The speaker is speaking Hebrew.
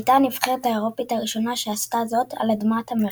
והייתה הנבחרת האירופית הראשונה שעשתה זאת על אדמת אמריקה.